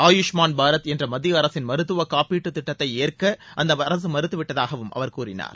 ஆயுஷ்மான் பாரத் என்ற மத்திய அரசின் மருத்துவக்காப்பீட்டு திட்டத்தை ஏற்க அந்த அரசு மறுத்துவிட்டதாகவும் அவர் கூறினார்